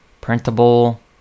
printable